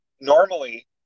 normally